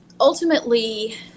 ultimately